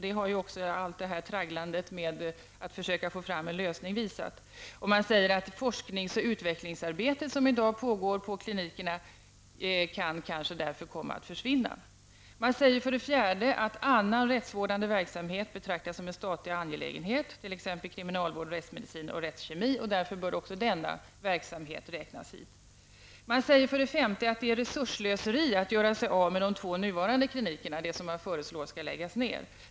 Det har också allt detta tragglande med att försöka få fram en lösning visat. Man säger att det forsknings och utvecklingsarbete som i dag pågår på klinikerna kanske kan komma att försvinna. För det fjärde betraktas annan rättsvårdande verksamhet som en statlig angelägenhet, t.ex. kriminalvård, rättsmedicin och rättskemi. Därför bör även denna verksamhet räknas dit. För det femte anser man att det är resursslöseri att göra sig av med de två nuvarande klinikerna, som det finns förslag om att lägga ner.